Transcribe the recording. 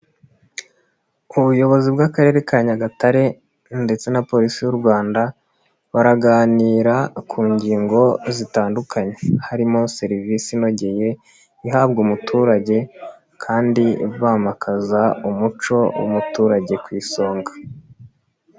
Ubuyobozi bw'Akarere ka Nyagatare ndetse na polisi y'u Rwanda, baraganira ku ngingo zitandukanye; harimo serivisi inogeye ihabwa umuturage kandi bimakaza umuco w'umuturage ku isonga.